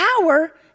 power